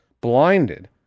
blinded